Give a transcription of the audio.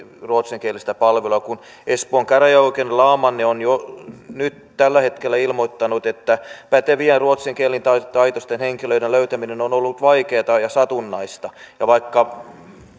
ruotsinkielistä palvelua kun espoon käräjäoikeuden laamanni on jo nyt tällä hetkellä ilmoittanut että pätevien ruotsin kielen taitoisten henkilöiden löytäminen on on ollut vaikeata ja satunnaista vaikka